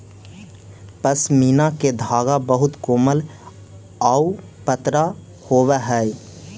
पशमीना के धागा बहुत कोमल आउ पतरा होवऽ हइ